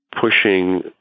pushing